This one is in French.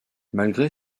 malgré